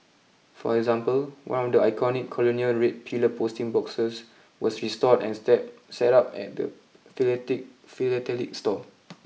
for example one of the iconic colonial red pillar posting boxes was restored and set up at the philatelic store